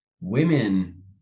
women